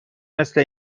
مثل